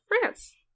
France